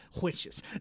Witches